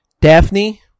Daphne